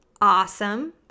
awesome